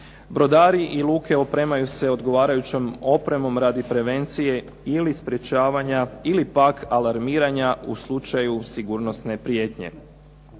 Brodari i luke opremaju se odgovarajućom opremom radi prevencije ili sprečavanja ili pak alarmiranja u slučaju sigurnosne prijetnje.